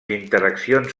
interaccions